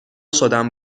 شدم